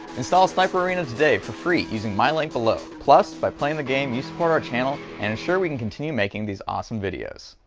install sniper arena today for free using my link below! plus! by playing the game you support our channel and assure we can continue making these awesome videos!